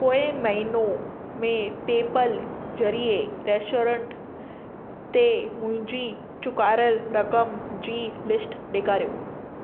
पोएं महीनो में पे पल ज़रिए रेस्टोरेंट ते मुंहिंजी चुकाइल रक़म जी लिस्ट ॾेखारियो